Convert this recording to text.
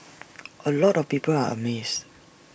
A lot of people are amazed